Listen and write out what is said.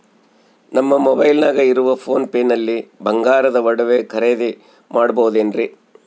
ನಮ್ಮ ಮೊಬೈಲಿನಾಗ ಇರುವ ಪೋನ್ ಪೇ ನಲ್ಲಿ ಬಂಗಾರದ ಒಡವೆ ಖರೇದಿ ಮಾಡಬಹುದೇನ್ರಿ?